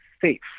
safe